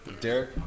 Derek